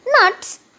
Nuts